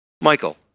Michael